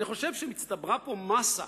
אני חושב שנצטברה פה מאסה